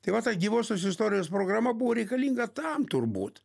tai va ta gyvosios istorijos programa buvo reikalinga tam turbūt